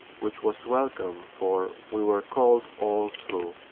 which was welcome, for we were cold all through.